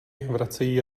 vracejí